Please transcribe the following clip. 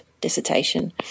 dissertation